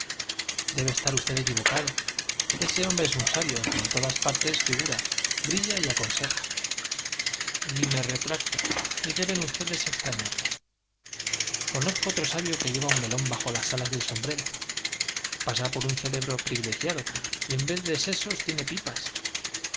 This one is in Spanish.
debe estar usted equivocado ese hombre es un sabio que en todas partes figura brilla y aconseja ni me retracto ni deben ustedes extrañarlo conozco otro sabio que lleva un melón bajo las alas del sombrero pasa por un cerebro privilegiado y en vez de sesos tiene pipas